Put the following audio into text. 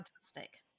fantastic